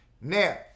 Now